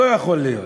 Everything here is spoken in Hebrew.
לא יכול להיות.